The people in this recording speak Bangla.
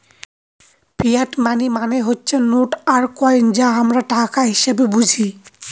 ফিয়াট মানি মানে হচ্ছে নোট আর কয়েন যা আমরা টাকা হিসেবে বুঝি